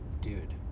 dude